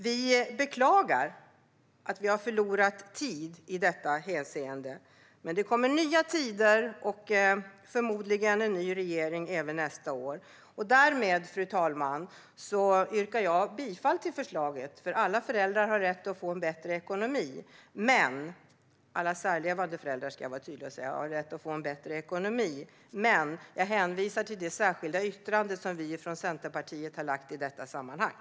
Vi beklagar att vi har förlorat tid i detta hänseende, men det kommer nya tider och förmodligen en ny regering nästa år. Fru talman! Jag yrkar bifall till förslaget - alla särlevande föräldrar har rätt att få en bättre ekonomi - men hänvisar till Centerpartiets särskilda yttrande.